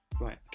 Right